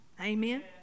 Amen